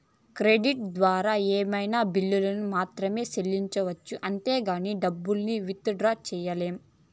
credit ద్వారా ఏమైనా బిల్లుల్ని మాత్రమే సెల్లించొచ్చు అంతేగానీ డబ్బుల్ని విత్ డ్రా సెయ్యలేం